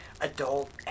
adult